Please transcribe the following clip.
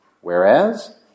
whereas